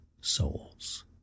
souls